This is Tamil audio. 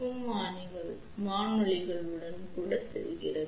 எம் வானொலிகளுக்கும் கூட செல்கிறது